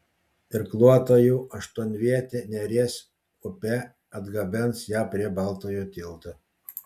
irkluotojų aštuonvietė neries upe atgabens ją prie baltojo tilto